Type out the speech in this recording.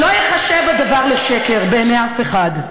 לא ייחשב הדבר לשקר בעיני אף אחד.